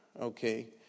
okay